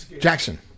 Jackson